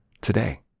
today